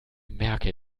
merke